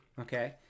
okay